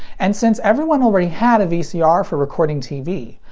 and since everyone already had a vcr for recording tv,